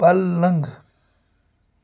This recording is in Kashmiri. پلنٛگ